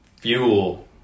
fuel